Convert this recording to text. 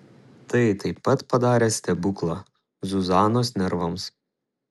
tai taip pat padarė stebuklą zuzanos nervams